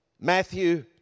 Matthew